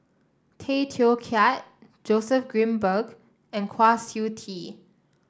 Tay Teow Kiat Joseph Grimberg and Kwa Siew Tee